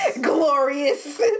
glorious